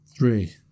Three